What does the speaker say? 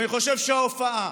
אבל אני חושב שההופעה